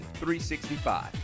365